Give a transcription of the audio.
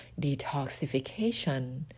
detoxification